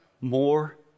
more